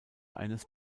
eines